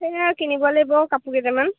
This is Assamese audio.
সেই কিনিব লাগিব কাপোৰ কেইটামান